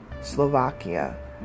Slovakia